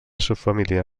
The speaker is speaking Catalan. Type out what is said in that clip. subfamília